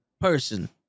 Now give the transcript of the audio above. Person